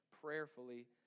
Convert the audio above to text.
prayerfully